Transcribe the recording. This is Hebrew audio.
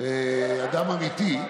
אדם אמיתי,